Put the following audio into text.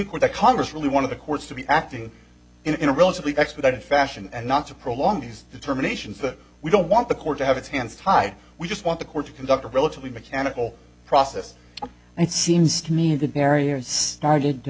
streaker the congress really one of the courts to be acting in a relatively expedited fashion and not to prolong these determinations that we don't want the court to have its hands tied we just want the court to conduct a relatively mechanical process and it seems to me that marian started to